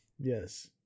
Yes